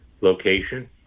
location